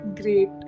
Great